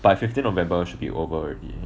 by fifteen november should be over already